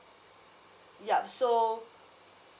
yup so